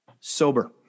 sober